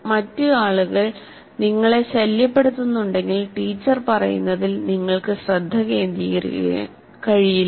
മറ്റ് ആളുകൾ നിങ്ങളെ ശല്യപ്പെടുത്തുന്നുണ്ടെങ്കിൽ ടീച്ചർ പറയുന്നതിൽ നിങ്ങൾക്ക് ശ്രദ്ധ കേന്ദ്രീകരിക്കാൻ കഴിയില്ല